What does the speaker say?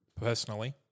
personally